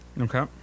Okay